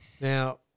Now